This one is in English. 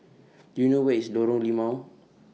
Do YOU know Where IS Lorong Limau